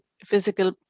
physical